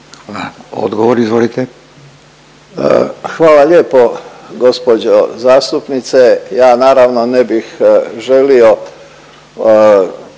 Davor (HDZ)** Hvala lijepo gospođo zastupnice. Ja naravno ne bih želio